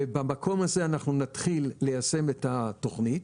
ובמקום הזה נתחיל ליישם את התוכנית.